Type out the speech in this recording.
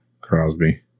Crosby